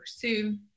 pursue